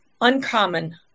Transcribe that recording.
uncommon